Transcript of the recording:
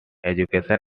education